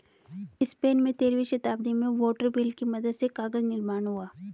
Spain में तेरहवीं शताब्दी में वाटर व्हील की मदद से कागज निर्माण हुआ